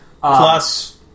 Plus